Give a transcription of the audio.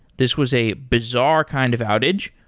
this was a bizarre kind of outage,